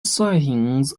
sightings